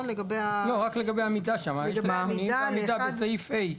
לא, רק לגבי המידה שם, בסעיף (ה).